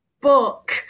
book